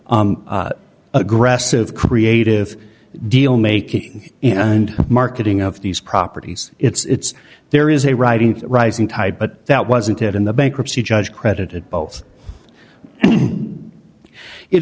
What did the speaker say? aggressive creative deal making and marketing of these properties it's there is a riding rising tide but that wasn't it in the bankruptcy judge credited both it